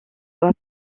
soit